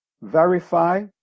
Verify